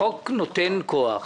החוק נותן כוח,